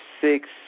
six